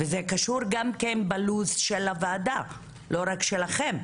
זה קשור גם ללו"ז של הוועדה, לא רק שלכם.